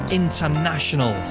international